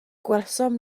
gwelsom